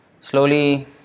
Slowly